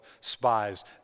spies